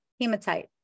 hematite